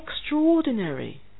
extraordinary